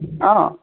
অঁ